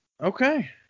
Okay